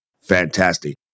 fantastic